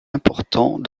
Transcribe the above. important